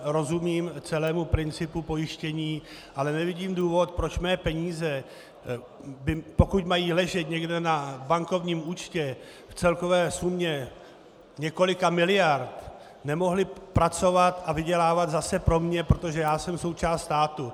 Rozumím celému principu pojištění, ale nevidím důvod, proč mé peníze, pokud mají ležet někde na bankovním účtě v celkové sumě několika miliard, nemohly pracovat a vydělávat zase pro mě, protože já jsem součást státu.